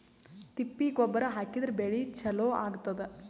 ತಿಪ್ಪಿ ಗೊಬ್ಬರ ಹಾಕಿದ್ರ ಬೆಳಿ ಚಲೋ ಆಗತದ?